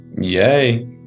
yay